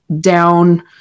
down